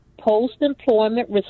Post-employment